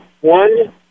one